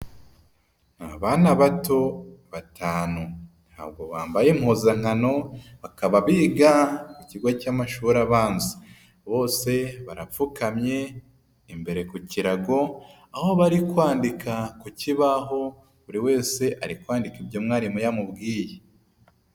Abana bato batanu ntabwo bambaye impuzankano, bakaba biga mu kigo cy'amashuri abanza, bose barapfukamye imbere ku kirago, aho bari kwandika ku kibaho, buri wese ari kwandika ibyo mwarimu yamubwiye.